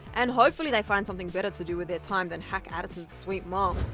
and hopefully they find something better to do with their time than hack addison's sweet mom!